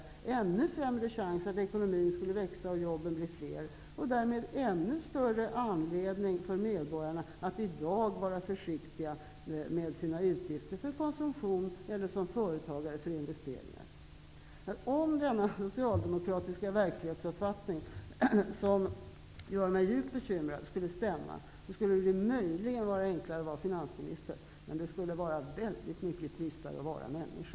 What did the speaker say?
Chansen till att ekonomin skulle växa och jobben öka skulle bli ännu sämre. Därmed skulle anledningen bli ännu större för medborgarna att i dag vara försiktiga med sina utgifter för konsumtion och för företagare att vara försiktiga med investeringar. Om den socialdemokratiska verklighetsuppfattning som gör mig djupt bekymrad skulle stämma, vore det möjligen enklare att vara finansminister, med det skulle vara väldigt mycket tristare att vara människa.